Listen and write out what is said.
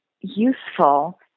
useful